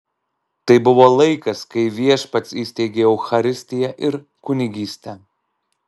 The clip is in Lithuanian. tai buvo laikas kai viešpats įsteigė eucharistiją ir kunigystę